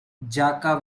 jaka